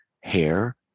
hair